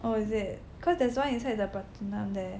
oh is it cause there's one inside the Pratunam there